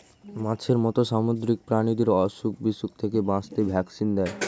মাছের মত সামুদ্রিক প্রাণীদের অসুখ বিসুখ থেকে বাঁচাতে ভ্যাকসিন দেয়